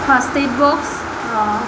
first aid box